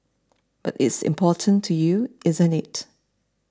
but it's important to you isn't it